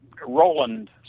Roland